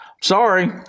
Sorry